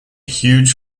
huge